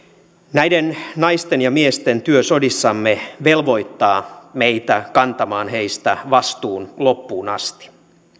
näiden naisten ja miesten työ sodissamme velvoittaa meitä kantamaan heistä vastuun loppuun asti